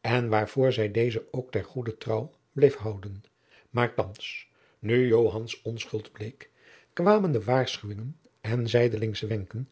en waarvoor zij dezen ook ter goeder trouw bleef houden maar jacob van lennep de pleegzoon thands nu joans onschuld bleek kwamen de waarschuwingen en zijdelingsche wenken